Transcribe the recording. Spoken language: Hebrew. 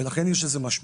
לכן יש לזה משמעות.